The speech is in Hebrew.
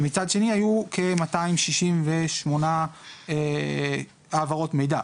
ומצד שני היו כ-268 העברות מידע.